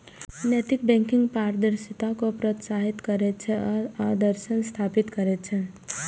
नैतिक बैंकिंग पारदर्शिता कें प्रोत्साहित करै छै आ आदर्श स्थापित करै छै